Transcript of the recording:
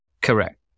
Correct